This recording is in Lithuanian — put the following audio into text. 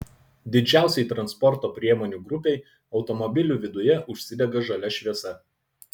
didžiausiai transporto priemonių grupei automobilių viduje užsidega žalia šviesa